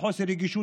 בחוסר רגישות,